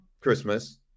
Christmas